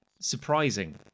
surprising